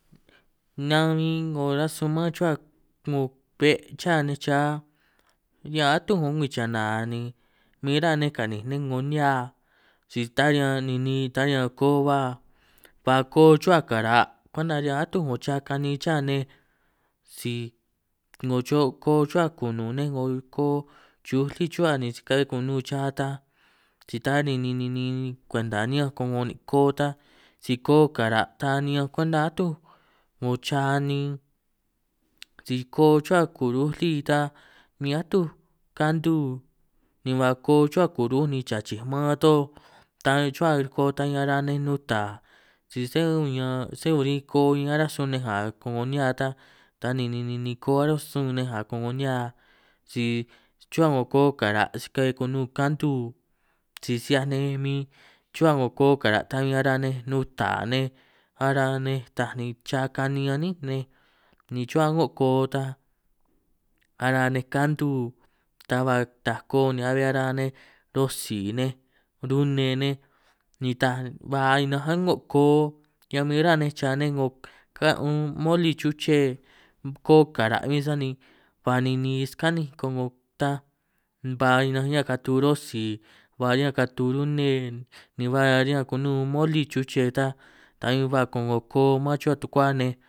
Nan huin 'ngo rasun man chuhua 'ngo be' chá nej cha, ñan atuj 'ngo ngwii chana ni huin rá nej kaninj nej 'ngo nihia, si ta riñan ninin ta riñan ako ba ba koo chuhua kara' kwenta riñan atuj 'ngo cha kanin cha nej, si 'ngo cho koo chuhua kunun nej 'ngo koo chuj lí chuhua ni si ka'hue kunun cha ta, si ta ni ni ni kwenta niñanj komo ni koo ta si koo kara' ta niñanj kwenta atuj 'ngo cha anin, si koo chuhua kuruj lí ta min atuj kantu ni ba koo chuhua kuruj ni chachij man toj ta chuhua koo ta ñan ara nej nuta, si sé uñan sé orin koo huin aráj sunj nej nga 'ngo nihia ta, ni ni ni koo ráj sun nej ko'ngo nihia si chuhua 'ngo koo kara' si ka'hue kunu kantu, si si 'hiaj nej huin chuhua 'ngo koo kara' ta huin araj nej nuta nej, ara nej taaj cha kani anín nej ni chuhua a'ngo koo ta ara nej kantu, ta ba taaj koo ni ara ara nej rosi nej rune nej ni taaj ba inaj ango koo, ñan huin ruhua nej cha nej 'ngo kan' inn moli chuche koo kara' huin sani ba ninin skanínj ko'ngo ta, ba ninanj ñan katu rosi ba ñan katu rune ni ba riñan kunun moli chuche, ta ta hiu ba 'ngo man chuhua tukuá nej.